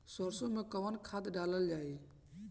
सरसो मैं कवन खाद डालल जाई?